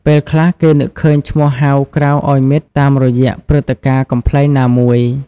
ពេលខ្លះ គេនឹកឃើញឈ្មោះហៅក្រៅឱ្យមិត្ត តាមរយៈព្រឹត្តិការណ៍កំប្លែងណាមួយ។